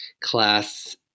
class